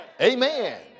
Amen